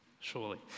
surely